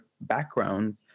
background